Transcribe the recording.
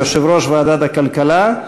יושב-ראש ועדת הכלכלה,